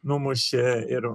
numušė ir